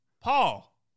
Paul